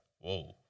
Whoa